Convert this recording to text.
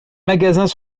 magasins